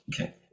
Okay